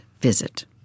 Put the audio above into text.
visit